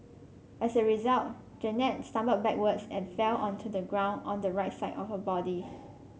as a result Jeannette stumbled backwards and fell onto the ground on the right side of her body